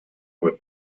with